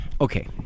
okay